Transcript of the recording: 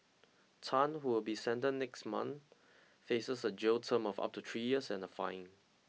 Tan who will be sentenced next month faces a jail term of up to three years and a fine